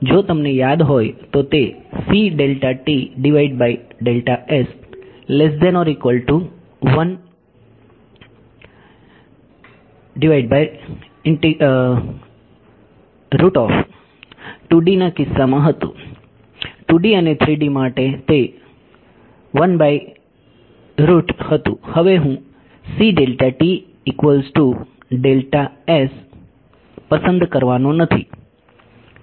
જો તમને યાદ હોય તો તે 2D ના કિસ્સામાં હતું 2D અને 3D માટે તે હતું હવે હું પસંદ કરવાનો નથી તે 1 કરતાં નાનું છે